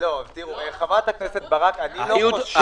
ערבות מדינה?